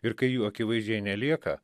ir kai jų akivaizdžiai nelieka